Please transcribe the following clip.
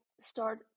start